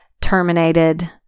terminated